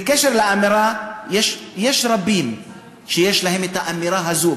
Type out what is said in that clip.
יש רבים שיש להם האמירה הזאת,